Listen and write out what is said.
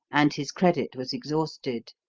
and his credit was exhausted.